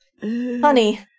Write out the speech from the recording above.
honey